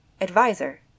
Advisor